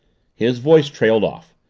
his voice trailed off.